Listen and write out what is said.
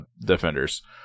Defenders